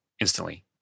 instantly